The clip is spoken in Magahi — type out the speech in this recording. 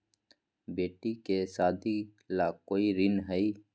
बेटी के सादी ला कोई ऋण हई?